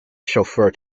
chauffeur